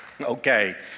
Okay